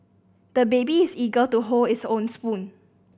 the baby is eager to hold his own spoon